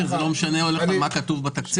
ולא משנה לך מה כתוב בתקציב?